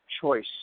choice